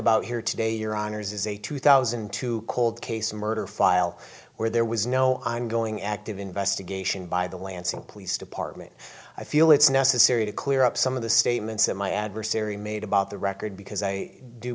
about here today your honour's is a two thousand and two cold case murder file where there was no i'm going active investigation by the lansing police department i feel it's necessary to clear up some of the statements that my adversary made about the record because i do